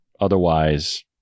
otherwise